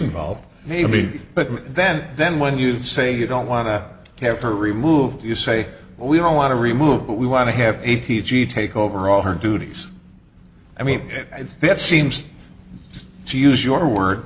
involved maybe but then then when you say you don't want to have her removed you say we don't want to remove we want to have a t g take over all her duties i mean that seems to use your word